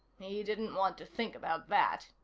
he didn't want to think about that.